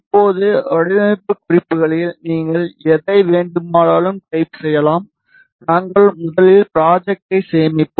இப்போது வடிவமைப்பு குறிப்புகளில் நீங்கள் எதை வேண்டுமானாலும் டைப் செய்யலாம் நாங்கள் முதலில் ப்ராஜெக்ட்டை சேமிப்போம்